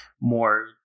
more